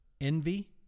envy